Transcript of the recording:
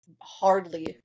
hardly